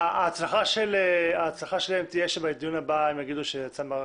ההצלחה שתהיה היא שבדיון הבא הם יגידו שזה יצא מהרשימה.